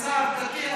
דתי,